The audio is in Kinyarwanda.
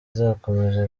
izakomeza